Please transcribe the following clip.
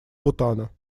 бутана